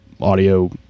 audio